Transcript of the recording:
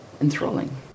enthralling